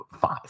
five